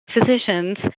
physicians